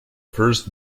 first